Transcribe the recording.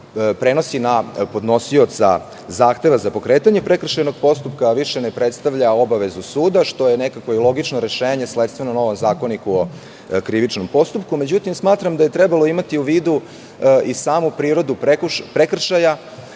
prenosi na podnosioca zahteva za pokretanje prekršajnog postupka, a više ne predstavlja obavezu suda, što je nekako i logično rešenje sledstveno novom ZKP. Međutim, smatram da je trebalo imati u vidu i samu prirodu prekršaja